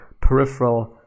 peripheral